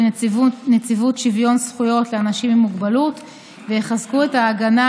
נציבות שוויון זכויות לאנשים עם מוגבלות ויחזקו את ההגנה